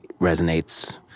resonates